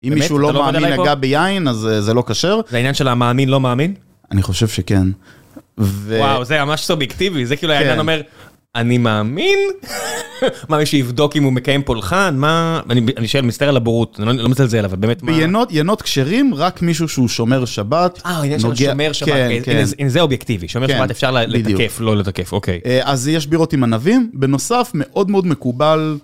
אם מישהו לא מאמין יגע ביין, אז זה לא קשר. זה עניין של המאמין לא מאמין? אני חושב שכן. וואו, זה ממש סובייקטיבי. זה כאילו העניין אומר, אני מאמין. מה, מישהו יבדוק אם הוא מקיים פולחן? אני שואל, מסתכל על הבורות. אני לא מצטער על זה אליו, באמת, מה... ינות כשרים, רק מישהו שהוא שומר שבת. אה, יש שומר שבת. כן, כן. זה אובייקטיבי. שומר שבת אפשר לתקף, לא לתקף, אוקיי. אז יש בירות עם ענבים. בנוסף מאוד מאוד מקובל